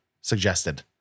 suggested